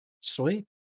Sweet